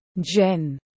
Jen